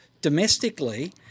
domestically